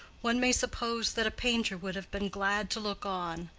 one may suppose that a painter would have been glad to look on.